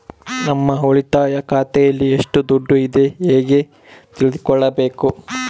ನಮ್ಮ ಉಳಿತಾಯ ಖಾತೆಯಲ್ಲಿ ಎಷ್ಟು ದುಡ್ಡು ಇದೆ ಹೇಗೆ ತಿಳಿದುಕೊಳ್ಳಬೇಕು?